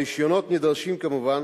הרשיונות נדרשים כמובן